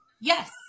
Yes